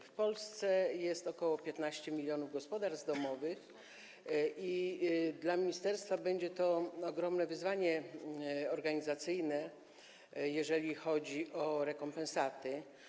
W Polsce jest ok. 15 mln gospodarstw domowych i dla ministerstwa będzie to ogromne wyzwanie organizacyjne, jeżeli chodzi o rekompensaty.